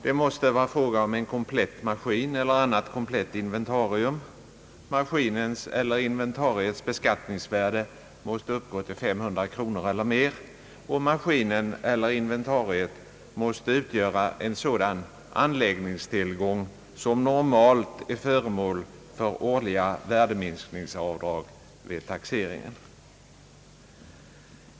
Det måste vara fråga om en komplett maskin eller annat komplett inventarium, maskinens eller inventariets beskattningsvärde måste uppgå till 500 kronor eller mer, och maskinen eller inventariet måste utgöra en sådan anläggningstillgång som normalt är föremål för årliga värdeminskningsavdrag vid taxeringen.